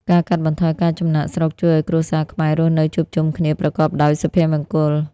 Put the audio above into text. ការកាត់បន្ថយការចំណាកស្រុកជួយឱ្យគ្រួសារខ្មែររស់នៅជួបជុំគ្នាប្រកបដោយសុភមង្គល។